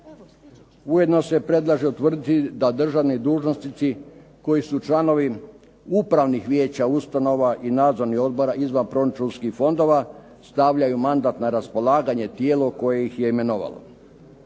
Ujedno se predlaže utvrditi da državni dužnosnici koji su članovi upravnih vijeća ustanova i nadzornih odbora izvanproračunskih fondova stavljaju mandat na raspolaganje tijelu koje ih je imenovalo.